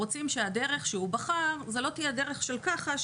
רוצים שהדרך שהוא בחר זאת לא תהיה דרך של ככה,